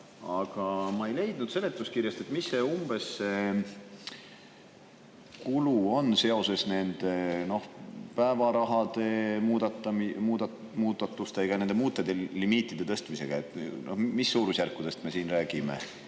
aga ma ei leidnud seletuskirjast, milline umbes on see kulu seoses päevarahade muudatustega ja muude limiitide tõstmisega. Mis suurusjärkudest me siin räägime?